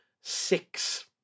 six